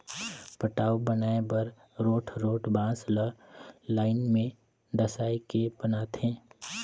पटांव बनाए बर रोंठ रोंठ बांस ल लाइन में डसाए के बनाथे